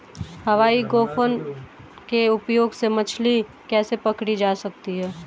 हवाई गोफन के उपयोग से मछली कैसे पकड़ी जा सकती है?